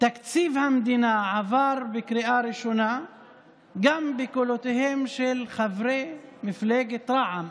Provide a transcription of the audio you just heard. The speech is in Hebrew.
תקציב המדינה עבר בקריאה ראשונה גם בקולותיהם של חברי מפלגת רע"מ,